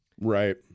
Right